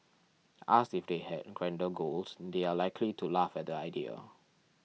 asked if they had grander goals they are likely to laugh at the idea